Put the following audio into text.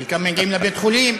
חלקם מגיעים לבית-החולים,